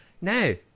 No